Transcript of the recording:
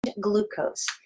glucose